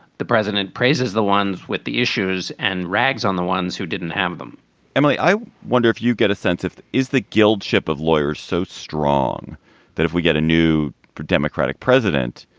the president praises the ones with the issues and rags on the ones who didn't have them emily, i wonder if you get a sense if is the guild ship of lawyers so strong that if we get a new democratic president.